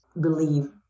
believe